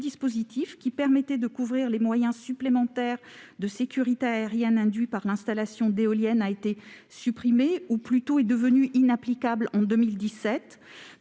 qui permettait de couvrir les moyens supplémentaires de sécurité aérienne induits par l'installation d'éoliennes, est devenu inapplicable en 2017